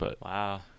Wow